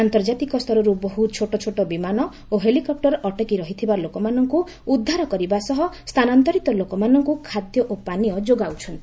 ଆନ୍ତର୍ଜାତିକ ସ୍ତରରୁ ବହୁ ଛୋଟଛୋଟ ବିମାନ ଓ ହେଲିକପୁର ଅଟକି ରହିଥିବା ଲୋକମାନଙ୍କୁ ଉଦ୍ଧାର କରିବା ସହ ସ୍ଥାନାନ୍ତରିତ ଲୋକମାନଙ୍କୁ ଖାଦ୍ୟ ଓ ପାନୀୟ ଯୋଗାଉଚ୍ଚନ୍ତି